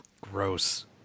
Gross